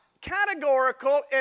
categorical